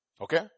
okay